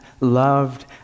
loved